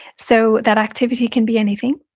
so that activity can be anything.